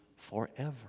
Forever